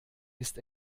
ist